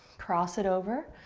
cross it over.